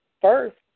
first